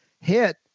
hit